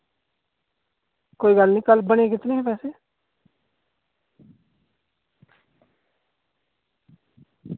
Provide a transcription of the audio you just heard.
कोई निं कल्ल बने कितने हे पैसे